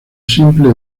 simple